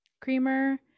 creamer